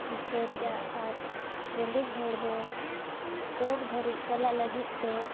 ᱵᱤᱪᱟᱹᱨᱮᱫᱼᱟ ᱟᱨ ᱨᱮᱸᱜᱮᱡ ᱦᱚᱲ ᱫᱚ ᱠᱳᱴ ᱫᱷᱟᱹᱨᱤᱡ ᱪᱟᱞᱟᱜ ᱞᱟᱹᱜᱤᱫ ᱛᱮ